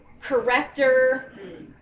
corrector